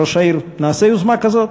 ראש העיר, נעשה יוזמה כזאת?